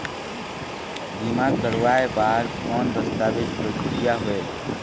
बीमा करवाय बार कौन दस्तावेज प्रक्रिया होएल?